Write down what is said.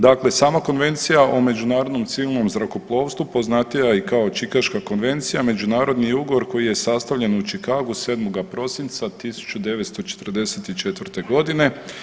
Dakle, sama Konvencija o međunarodnom civilnom zrakoplovstvu poznatija je i kao Čikaška konvencija međunarodni je ugovor koji je sastavljen u Chicagu 7. prosinca 1944. godine.